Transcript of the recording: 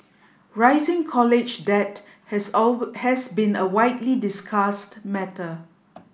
rising college debt has has been a widely discussed matter